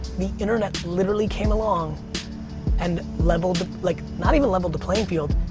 the internet literally came along and leveled the, like not even leveled the playing field,